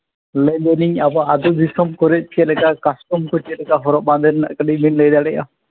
ᱞᱟᱹᱭᱮᱫᱟᱞᱤᱧ ᱟᱵᱚ ᱟᱛᱳ ᱫᱤᱥᱚᱢ ᱠᱚᱨᱮ ᱪᱮᱫ ᱞᱮᱠᱟ ᱠᱟᱥᱴᱚᱢ ᱠᱚ ᱪᱮᱫᱞᱮᱠᱟ ᱦᱚᱨᱚᱜ ᱵᱟᱸᱫᱮ ᱨᱮᱱᱟᱜ ᱠᱟᱹᱴᱤᱡ ᱵᱮᱱ ᱞᱟᱹᱭ ᱫᱟᱲᱮᱭᱟᱜᱼᱟ